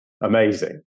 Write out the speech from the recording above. amazing